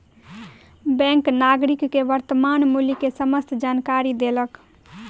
bank नागरिक के वर्त्तमान मूल्य के समस्त जानकारी देलक